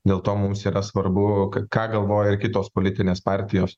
dėl to mums yra svarbu ka ką galvoja kitos politinės partijos